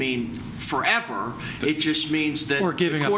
mean forever it just means that we're giving